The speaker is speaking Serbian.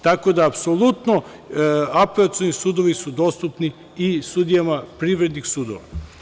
Tako da, Apelacioni sudovi su dostupni i sudijama privrednih sudova.